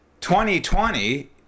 2020